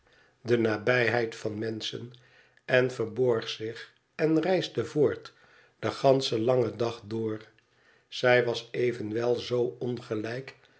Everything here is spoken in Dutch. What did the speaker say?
de nabijheid van menschen en verborg zich en reisde voort den ganschen langen dag door zij was evenwel zoo ongelijk